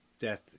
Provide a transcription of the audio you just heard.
death